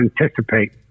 anticipate